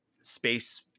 space